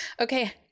Okay